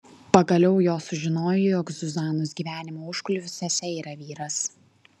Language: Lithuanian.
pagaliau jos sužinojo jog zuzanos gyvenimo užkulisiuose yra vyras